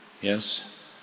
Yes